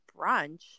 brunch